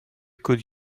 could